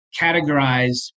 categorize